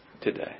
today